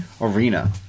arena